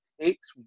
takes